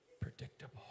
predictable